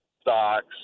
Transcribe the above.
stocks